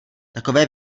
takové